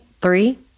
three